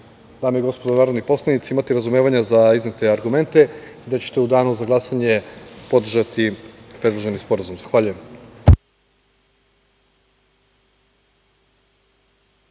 dame i gospodo narodni poslanici, imati razumevanja za iznete argumente i da ćete u danu za glasanje podržati predloženi sporazum.